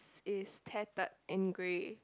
is tattered and grey